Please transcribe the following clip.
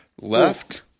left